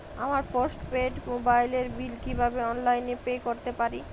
আমার post paid মোবাইলের bill কীভাবে অনলাইনে পে করতে পারি?